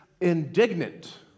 indignant